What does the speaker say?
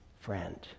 friend